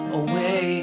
away